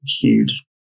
huge